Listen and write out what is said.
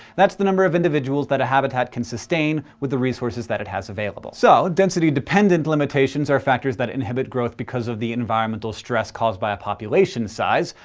that's the number of individuals that a habitat can sustain with the resources that it has available. so, density-dependent limitations are factors that inhibit growth because of the environmental stress caused by a population size.